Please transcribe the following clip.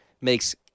makes